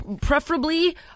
preferably